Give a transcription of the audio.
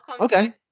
Okay